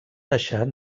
deixar